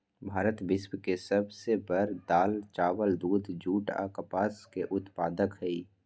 भारत विश्व के सब से बड़ दाल, चावल, दूध, जुट आ कपास के उत्पादक हई